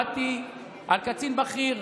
באתי אל קצין בכיר,